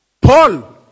Paul